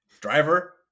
Driver